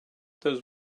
those